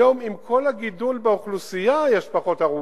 היום, עם כל הגידול באוכלוסייה, יש פחות הרוגים.